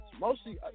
Mostly